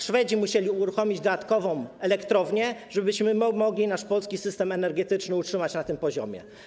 Szwedzi musieli uruchomić dodatkową elektrownię, żebyśmy mogli nasz, polski system energetyczny utrzymać na tym poziomie.